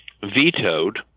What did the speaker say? vetoed